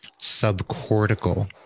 subcortical